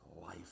life